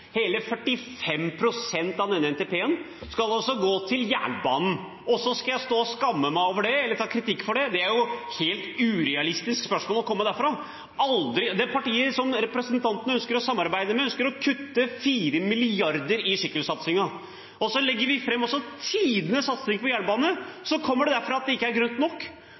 Hele 45 pst. av denne NTP-en skal altså gå til jernbanen, og så skal jeg stå og skamme meg over det eller ta kritikk for det. Det er jo et helt urealistisk spørsmål som kommer derfra. Partiet som representanten ønsker å samarbeide med, ønsker å kutte 4 mrd. kr i sykkelsatsingen. Og når vi legger fram tidenes satsing på jernbane, kommer det derfra at det ikke er grønt nok.